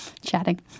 chatting